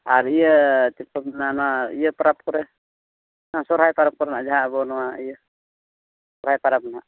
ᱟᱨ ᱤᱭᱟᱹ ᱪᱮᱫᱠᱚ ᱢᱮᱱᱟ ᱚᱱᱟ ᱤᱭᱟᱹ ᱯᱟᱨᱟᱵᱽ ᱠᱚᱨᱮ ᱥᱚᱨᱦᱟᱭ ᱯᱟᱨᱟᱵᱽᱠᱚ ᱨᱮᱱᱟᱜ ᱡᱟᱦᱟᱸ ᱟᱵᱚ ᱱᱚᱣᱟ ᱤᱭᱟᱹ ᱥᱚᱨᱦᱟᱭ ᱯᱟᱨᱟᱵᱽ ᱨᱮᱱᱟᱜ